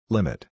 Limit